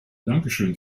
dankeschön